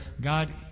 God